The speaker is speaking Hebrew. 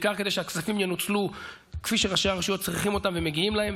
בעיקר כדי שהכספים ינוצלו כפי שראשי הרשויות צריכים אותם ומגיעים להם.